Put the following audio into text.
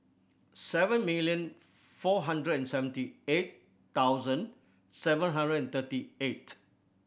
seven million four hundred and seventy eight thousand seven hundred and thirty eight